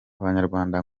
abanyarwanda